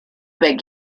beg